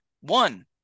one